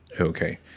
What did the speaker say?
Okay